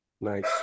Nice